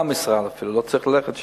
מהמשרד אפילו, לא צריך ללכת לשם,